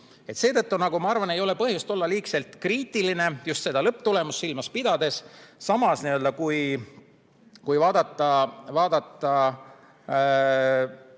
Seetõttu ma arvan, et ei ole põhjust olla liiga kriitiline just seda lõpptulemust silmas pidades. Samas, kui vaadata